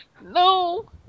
No